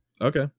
Okay